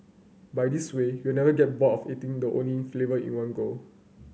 by this way you'll never get bored eating the only flavour in one go